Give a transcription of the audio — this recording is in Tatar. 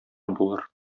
булыр